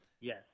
Yes